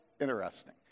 interesting